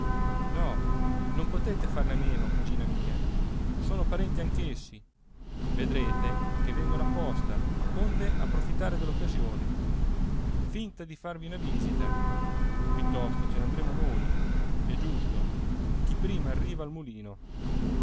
no non potete farne a meno cugina mia sono parenti anch'essi vedrete che vengono apposta onde approfittare dell'occasione finta di farvi una visita piuttosto ce ne andremo noi è giusto chi prima arriva al mulino